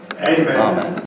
Amen